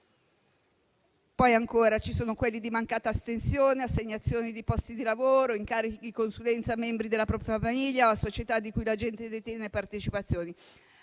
Ancora, ci sono quelli di mancata astensione, assegnazioni di posti di lavoro, incarichi di consulenza a membri della propria famiglia o a società di cui l'agente detiene partecipazioni.